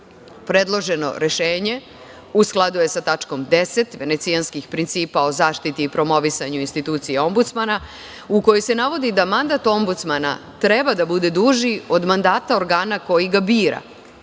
izbora. Predloženo rešenje u skladu je sa tačkom 10. Venecijanskih principa o zaštiti i promovisanju institucije Ombudsmana, u kojoj se navodi da mandat ombudsmana treba da bude duži od mandata organa koji ga bira,